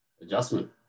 adjustment